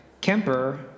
Kemper